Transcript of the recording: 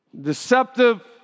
deceptive